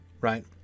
Right